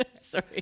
Sorry